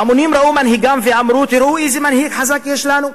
ההמונים ראו את מנהיגם ואמרו: תראו איזה מנהיג חזק יש לנו,